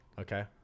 Okay